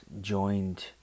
joined